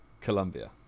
Colombia